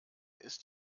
ist